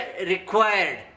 required